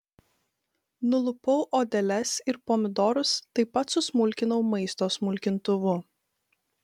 nulupau odeles ir pomidorus taip pat susmulkinau maisto smulkintuvu